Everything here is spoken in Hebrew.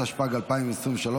התשפ"ג 2023,